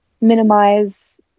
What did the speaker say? minimize